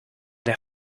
der